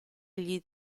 gli